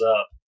up